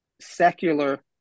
secular